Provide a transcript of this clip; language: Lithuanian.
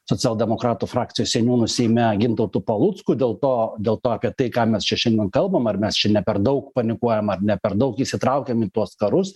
socialdemokratų frakcijos seniūnu seime gintautu palucku dėl to dėl to apie tai ką mes čia šiandien kalbam ar mes čia ne per daug panikuojam ar ne per daug įsitraukiam į tuos karus